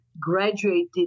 graduated